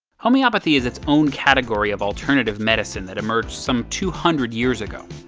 homeopathy is its own category of alternative medicine that emerged some two hundred years ago.